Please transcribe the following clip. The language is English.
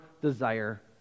desire